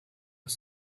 was